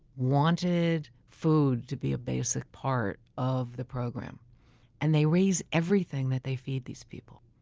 wanted food to be a basic part of the program and they raise everything that they feed these people